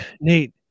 Nate